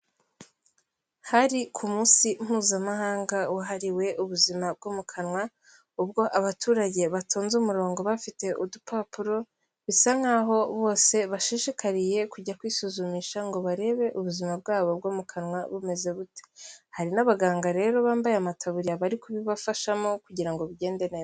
Hari ku munsi mpuzamahanga wahariwe ubuzima bwo mu kanwa, ubwo abaturage batonze umurongo bafite udupapuro, bisa nk'aho bose bashishikariye kujya kwisuzumisha ngo barebe ubuzima bwabo bwo mu kanwa bumeze bute. Hari n'abaganga rero bambaye amataburiya bari kubibafashamo kugira ngo bigende neza.